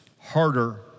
harder